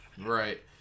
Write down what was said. Right